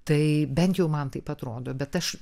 tai bent jau man taip atrodo bet aš